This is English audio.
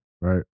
Right